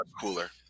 cooler